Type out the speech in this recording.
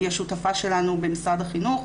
היא השותפה שלנו במשרד החינוך.